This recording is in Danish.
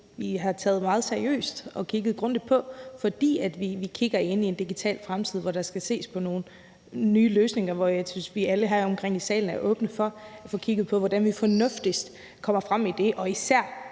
har taget meget seriøst og kigget grundigt på, fordi vi kigger ind i en digital fremtid, hvor der skal ses på nogle nye løsninger. Jeg synes, at jeg kan se, at alle her rundtomkring i salen er åbne for at få kigget på, hvordan vi fornuftigst kommer fremad med det, og især